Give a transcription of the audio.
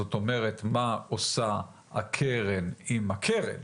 זאת אומרת מה עושה הקרן עם הקרן,